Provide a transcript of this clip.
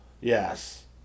Yes